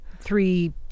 three